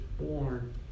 born